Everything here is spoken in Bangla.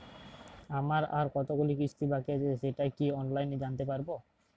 আমার আর কতগুলি কিস্তি বাকী আছে সেটা কি অনলাইনে জানতে পারব?